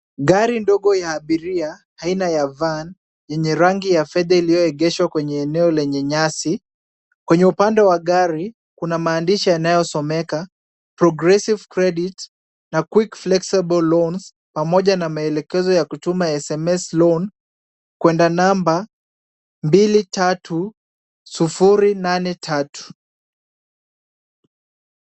Gari ndogo ya abiria aina ya Van yenye rangi ya fedha iliyoegeshwa kwenye eneo lenye nyasi. Kwenye upande wa gari, kuna maandishi yanayosomeka progressive credit na [ cs] quick flexible loans pamoja na maelekezo ya kutuma sms loan kuenda namba 23083.